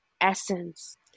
essence